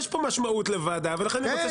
יש פה משמעות לוועדה ולכן אני רוצה